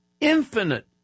infinite